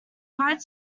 quiet